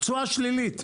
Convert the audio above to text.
תשואה שלילית.